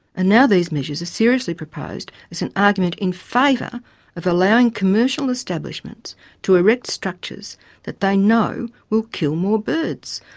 and now these measures are seriously proposed as an argument in favour of allowing commercial establishments to erect structures that they know will kill more birds.